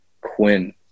Quinn